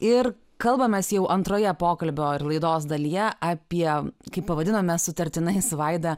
ir kalbamės jau antroje pokalbio ir laidos dalyje apie kaip pavadinome sutartinai su vaida